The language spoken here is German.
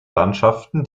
landschaften